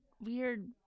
weird